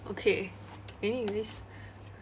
okay anyways